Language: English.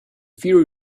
fiery